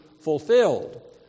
fulfilled